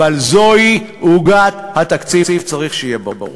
אבל זוהי עוגת התקציב, צריך שיהיה ברור.